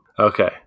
Okay